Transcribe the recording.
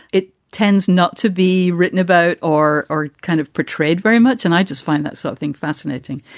it tends not to be written about or are kind of portrayed very much. and i just find that something fascinating.